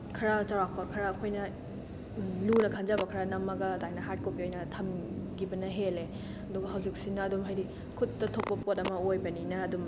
ꯈꯔ ꯆꯥꯎꯔꯥꯛꯄ ꯈꯔ ꯑꯩꯈꯣꯏꯅ ꯂꯨꯅ ꯈꯟꯖꯕ ꯈꯔ ꯅꯝꯃꯒ ꯑꯗꯨꯃꯥꯏꯅ ꯍꯥꯔꯠ ꯀꯣꯄꯤ ꯑꯣꯏꯅ ꯊꯝꯈꯤꯕꯅ ꯍꯦꯜꯂꯦ ꯑꯗꯨꯒ ꯍꯧꯖꯤꯛꯁꯤꯅ ꯑꯗꯨꯝ ꯍꯥꯏꯗꯤ ꯈꯨꯠꯇ ꯊꯣꯛꯄ ꯄꯣꯠ ꯑꯃ ꯑꯣꯏꯕꯅꯤꯅ ꯑꯗꯨꯝ